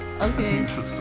Okay